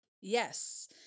Yes